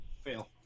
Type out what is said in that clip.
Fail